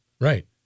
right